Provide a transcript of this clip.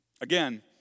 Again